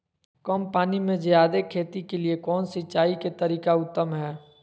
कम पानी में जयादे खेती के लिए कौन सिंचाई के तरीका उत्तम है?